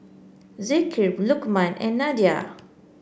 Zikri Lukman and Nadia